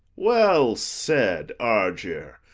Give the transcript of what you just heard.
well said, argier!